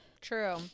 true